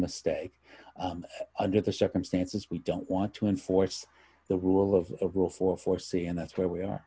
mistake under the circumstances we don't want to enforce the rule of a rule for foresee and that's where we are